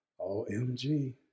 OMG